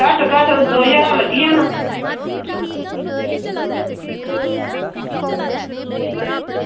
घट्ट घट्ट दो ज्हार लग्गी जाना